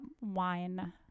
wine